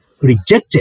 rejected